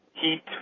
heat